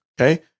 Okay